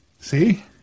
See